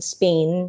Spain